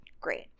Great